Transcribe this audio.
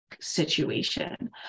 situation